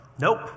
Nope